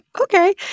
okay